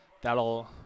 that'll